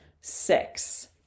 six